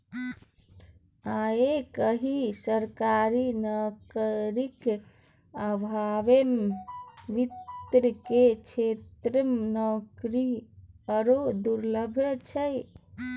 आय काल्हि सरकारी नौकरीक अभावमे वित्त केर क्षेत्रमे नौकरी आरो दुर्लभ छै